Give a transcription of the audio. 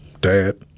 dad